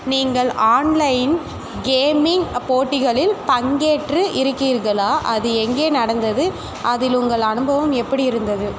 நீங்கள் online gaming போட்டிகளில் பங்கேற்று இருக்கிறீர்களா அது எங்கே நடந்தது அதில் உங்கள் அனுபவம் எப்படி இருந்தது